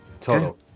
total